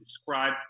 describe